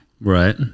Right